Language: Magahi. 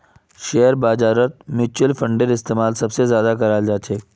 शेयर बाजारत मुच्युल फंडेर इस्तेमाल सबसे ज्यादा कराल जा छे